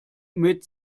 mit